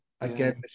again